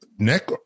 neck